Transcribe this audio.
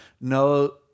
no